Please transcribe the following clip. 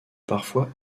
parfois